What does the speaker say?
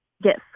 Yes